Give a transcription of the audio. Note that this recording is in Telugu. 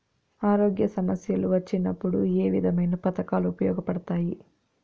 ఆరోగ్య సమస్యలు వచ్చినప్పుడు ఏ విధమైన పథకాలు ఉపయోగపడతాయి